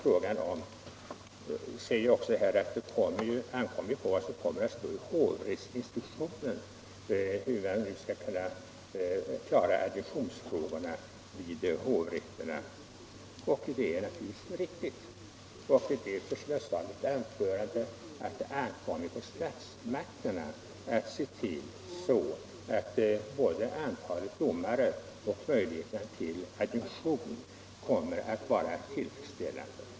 Fru Kristensson säger att det beror på vad som kommer att stå i hovrättsinstruktionen hur man nu skall kunna klara adjunktionsfrågorna vid hovrätterna, och det är riktigt. Jag sade i mitt anförande att det ankommer på statsmakterna att se till att både antalet domare och möjligheterna till adjunktion kommer att vara tillfredsställande.